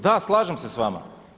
Da, slažem se s vama.